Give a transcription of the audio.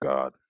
God